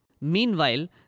Meanwhile